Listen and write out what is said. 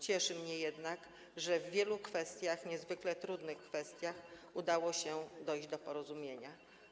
Cieszy mnie jednak, że w wielu niezwykle trudnych kwestiach udało się dojść do porozumienia.